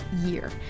year